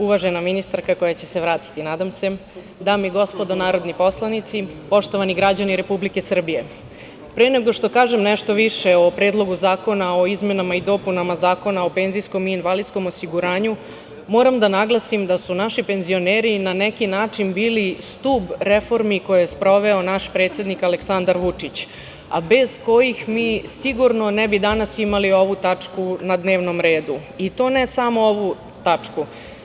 Uvažena ministarka, koja će se vratiti, nadam se, dame i gospodo narodni poslanici, poštovani građani Republike Srbije, pre nego što kažem nešto više o Predlogu zakona o izmenama i dopunama Zakona o PIO moram da naglasim da su naši penzioneri na neki način bili stub reformi koje je sproveo naš predsednik Aleksandar Vučić, a bez kojih mi sigurno danas ne bi imali ovu tačku na dnevnom redu, i to ne samo ovu tačku.